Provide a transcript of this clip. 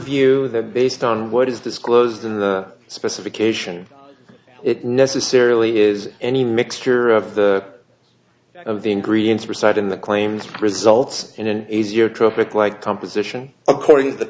view based on what is disclosed in the specification it necessarily is any mixture of the of the ingredients for side in the claims results in an easier traffic like composition according to the